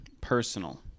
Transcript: personal